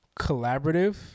collaborative